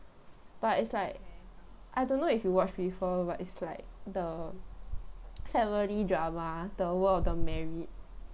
but it's like I don't know if you watched before but it's like the family drama the world of the married